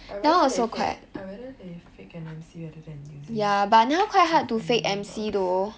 I rather they fake I rather they fake an M_C rather than